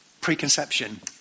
Preconception